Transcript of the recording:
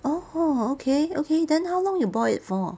orh okay okay then how long you boil it for